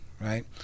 right